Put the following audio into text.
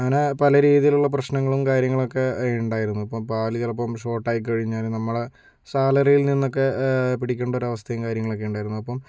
അങ്ങനെ പല രീതിലുള്ള പ്രശ്നങ്ങളും കാര്യങ്ങളക്കെ ഇണ്ടായിരുന്നു ഇപ്പ പാല് ചിലപ്പം ഷോർട്ടായി കഴിഞ്ഞാല് നമ്മളെ സാലറിയിൽ നിന്നക്കെ പിടിക്കണ്ട ഒരവസ്ഥേമ് കാര്യങ്ങളൊക്കെ ഉണ്ടായിരുന്നു അപ്പം